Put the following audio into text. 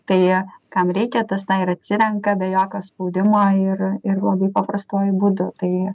tai kam reikia tas tą ir atsirenka be jokio spaudimo ir ir labai paprastuoju būdu tai